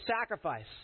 sacrifice